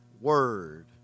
word